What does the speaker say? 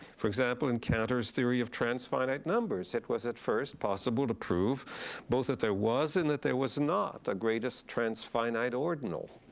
for example, in cantor's theory of transfinite numbers. it was at first possible to prove both that there was and that there was not a greatest transfinite ordinal.